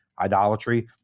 idolatry